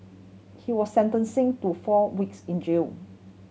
he was sentencing to four weeks in jail